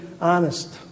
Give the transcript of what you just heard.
honest